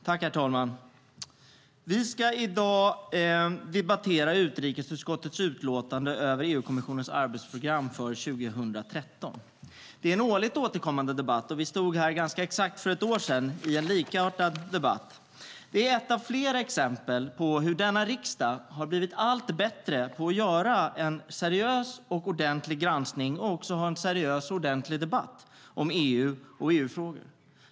Herr talman! Vi ska i dag debattera utrikesutskottets utlåtande över EU-kommissionens arbetsprogram för 2013. Det är en årligt återkommande debatt. Vi stod här för ganska exakt ett år sedan i en likartad debatt. Det är ett av flera exempel på hur denna riksdag har blivit allt bättre på att göra en seriös och ordentlig granskning och ha en seriös och ordentlig debatt om EU och EU-frågor.